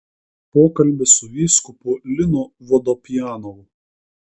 pokalbis su vyskupu linu vodopjanovu